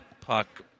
puck